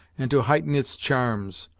and to heighten its charms.